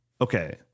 okay